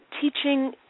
teaching